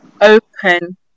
open